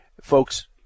folks